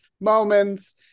moments